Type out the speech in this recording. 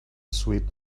sweet